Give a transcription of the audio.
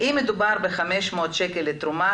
הן נמצאות בעצם במקום שונה.